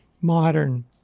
modern